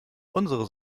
unsere